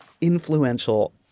influential